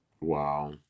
Wow